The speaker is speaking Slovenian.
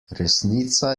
resnica